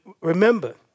remember